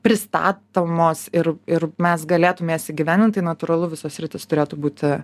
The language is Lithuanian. pristatomos ir ir mes galėtume jas įgyvendint tai natūralu visos sritys turėtų būti